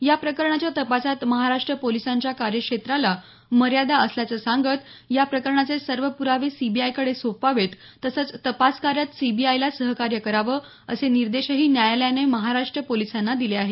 या प्रकरणाच्या तपासात महाराष्ट्र पोलिसांच्या कार्यक्षेत्राला मर्यादा असल्याचं सांगत या प्रकरणाचे सर्व पुरावे सीबीआयकडे सोपवावेत तसंच तपास कार्यात सीबीआयला सहकार्य करावं असे निर्देशही न्यायालयानं महाराष्ट्र पोलिसांना दिले आहेत